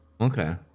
okay